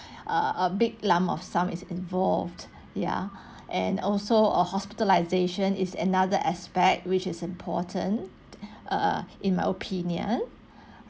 uh a big lump of sum is involved ya and also uh hospitalization is another aspect which is important err in my opinion